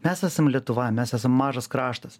mes esam lietuva mes esam mažas kraštas